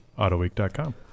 AutoWeek.com